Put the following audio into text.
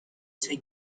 suoi